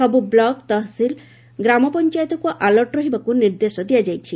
ସବୁ ବ୍ଲକ୍ ତହସିଲ ଗ୍ରାମ ପଞ୍ଚାୟତକୁ ଆଲର୍ଟ ରହିବାକୁ ନିର୍ଦ୍ଦେଶ ଦିଆଯାଇଛି